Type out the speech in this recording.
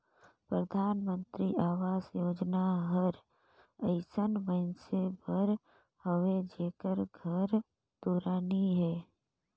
परधानमंतरी अवास योजना हर अइसन मइनसे बर हवे जेकर घर दुरा नी हे